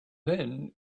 then